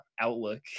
outlook